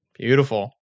Beautiful